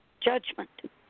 judgment